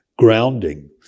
grounding